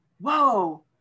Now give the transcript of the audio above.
Whoa